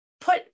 put